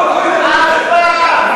אף פעם.